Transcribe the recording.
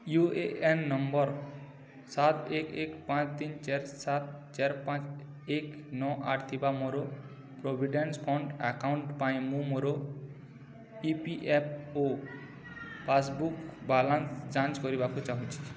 you A N number ସାତ ଏକ ଏକ ପାଞ୍ଚ ତିନି ଚାରି ସାତ ଚାରି ପାଞ୍ଚ ଏକ ନଅ ଆଠ ଥିବା ମୋର ପ୍ରୋଭିଡ଼େଣ୍ଟ୍ ଫଣ୍ଡ୍ ଆକାଉଣ୍ଟ୍ ପାଇଁ ମୁଁ ମୋର ଇ ପି ଏଫ୍ ଓ ପାସ୍ବୁକ୍ର ବାଲାନ୍ସ୍ ଯାଞ୍ଚ କରିବାକୁ ଚାହୁଁଛି